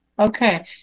Okay